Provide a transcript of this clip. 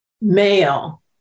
male